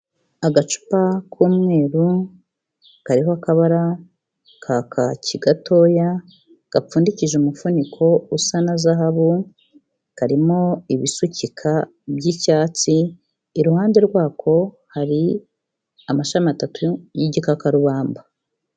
Agacupa k'umweru, kariho akabara ka kaki gatoya, gapfundikije umufuniko usa na zahabu, karimo ibisukika by'icyatsi, iruhande rwako hari amashami atatu y'igikakarubamba.